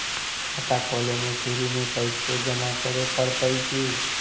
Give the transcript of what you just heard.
खाता खोले में शुरू में पैसो जमा करे पड़तई की?